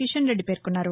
కిషన్రెడ్డి పేర్కొన్నారు